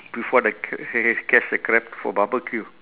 before they ca~ they catch the crab for barbecue